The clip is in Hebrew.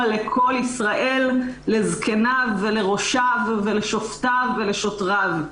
לכל ישראל לזקניו ולראשיו ולשופטיו ולשוטריו".